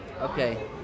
Okay